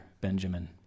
Benjamin